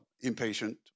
impatient